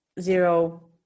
zero